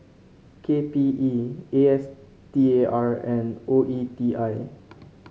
K P E A S T A R and O E T I